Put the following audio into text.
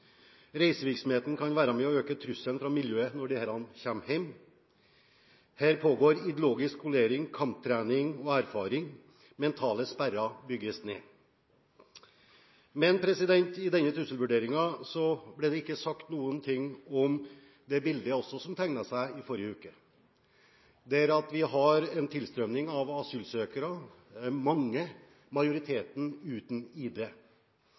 Reisevirksomheten kan være med og øke trusselen fra miljøet når disse kommer hjem. Her pågår ideologisk skolering, kamptrening og erfaring. Mentale sperrer bygges ned. Men i denne trusselvurderingen ble det ikke sagt noen ting om det bildet som også tegnet seg i forrige uke, at vi har en tilstrømning av asylsøkere, mange – majoriteten – uten ID.